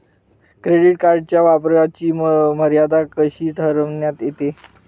Credit कार्डच्या वापराची मर्यादा कशी ठरविण्यात येते?